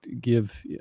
give